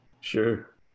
Sure